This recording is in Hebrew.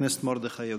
חבר הכנסת מרדכי יוגב.